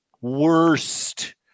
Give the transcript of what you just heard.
worst